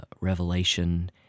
Revelation